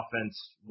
offense